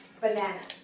bananas